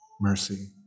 mercy